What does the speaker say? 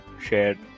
shared